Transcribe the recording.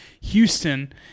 Houston